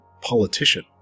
politician